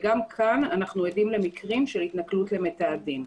גם פה אנו עדים למקרים של התנכלות למתעדים.